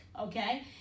okay